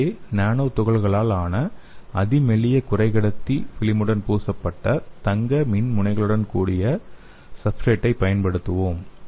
இங்கே நானோ துகள்களால் ஆன அதி மெல்லிய குறைக்கடத்தி ஃபிலிமுடன் பூசப்பட்ட தங்க மின்முனைகளுடன் கூடிய சப்ஸ்ட்ரேட்டை பயன்படுத்துவோம்